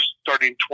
starting